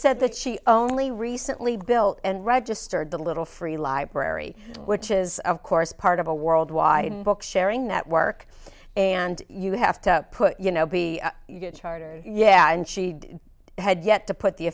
said that she only recently built and registered the little free library which is of course part of a worldwide book sharing network and you have to put you know be harder yeah and she had yet to put the